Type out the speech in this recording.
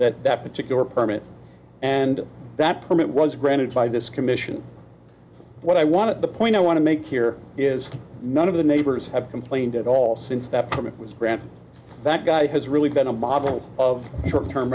that that particular permit and that permit was granted by this commission what i want to the point i want to make here is none of the neighbors have complained at all since that permit was granted that guy has really been a model of short term